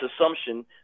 assumption